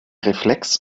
reflex